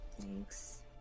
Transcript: Thanks